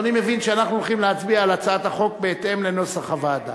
אדוני מבין שאנחנו הולכים להצביע על הצעת החוק בהתאם לנוסח הוועדה,